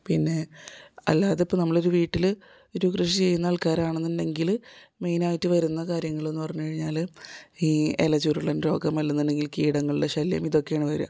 പിന്നെ അല്ലാതിപ്പം നമ്മളൊരു വീട്ടിൽ ഒരു കൃഷി ചെയ്യുന്ന ആൾക്കാരാണെന്നുണ്ടെങ്കിൽ മെയ്നായിട്ട് വരുന്ന കാര്യങ്ങൾ എന്ന് പറഞ്ഞ് കഴിഞ്ഞാൽ ഈ ഇലചുരുളൻ രോഗം അല്ലാന്നുണ്ടെങ്കിൽ കീടങ്ങളുടെ ശല്യം ഇതൊക്കെയാണ് വരിക